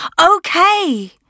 okay